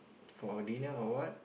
for a dinner or what